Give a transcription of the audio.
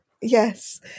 Yes